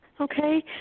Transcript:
okay